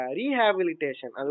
rehabilitation